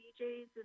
DJs